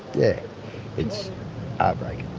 yeah it's heartbreaking,